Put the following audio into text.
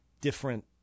different